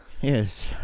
Yes